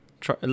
try